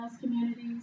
communities